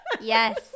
yes